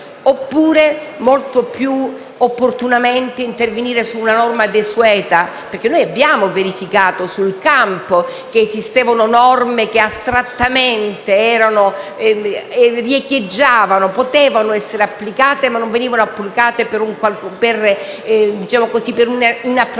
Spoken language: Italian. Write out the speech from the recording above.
oppure, molto più opportunamente, intervenire su una norma desueta? Abbiamo verificato sul campo che esistevano norme che astrattamente riecheggiavano e potevano essere applicate, ma ciò non avveniva per un'inappropriatezza